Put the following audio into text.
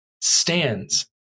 stands